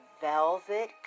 velvet